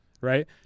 Right